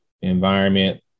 environment